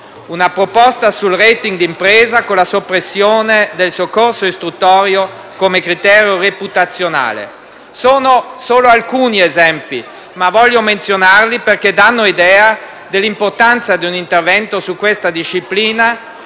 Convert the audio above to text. una proposta sul *rating* di impresa con la soppressione del soccorso istruttorio come criterio reputazionale. Sono solo alcuni esempi, ma voglio menzionarli, perché danno l'idea dell'importanza di un intervento su questa disciplina;